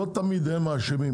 לא תמיד הם האשמים,